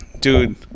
dude